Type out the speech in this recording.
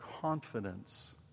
confidence